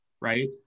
right